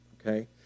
okay